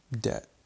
debt